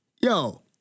Yo